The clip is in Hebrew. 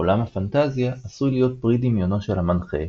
עולם הפנטזיה עשוי להיות פרי דמיונו של המנחה,